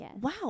wow